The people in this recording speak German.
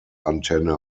antenne